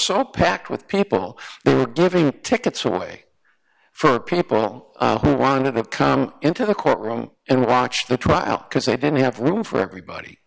so packed with people who were delivering the tickets away for people who wanted to come into the courtroom and watch the trial because they didn't have room for everybody